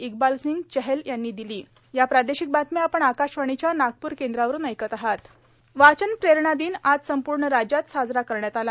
इक्बाल सिंह चहल यांनी दिलीण वाचन प्रेरणा दिन आज संपूर्ण राज्यात साजरा करण्यात आला